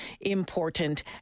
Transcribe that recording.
important